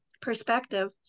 perspective